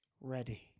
ready